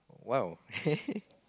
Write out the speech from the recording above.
!wow!